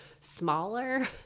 smaller